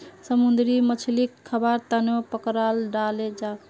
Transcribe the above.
समुंदरी मछलीक खाबार तनौ पकड़ाल जाछेक